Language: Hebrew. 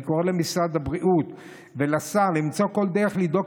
אני קורא למשרד הבריאות ולשר למצוא כל דרך לבדוק